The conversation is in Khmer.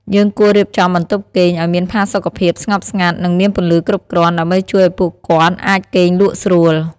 យើងគួររៀបចំបន្ទប់គេងឱ្យមានផាសុកភាព ស្ងប់ស្ងាត់ និងមានពន្លឺគ្រប់គ្រាន់ ដើម្បីជួយឲ្យពួកគាត់អាចគេងលក់ស្រួល។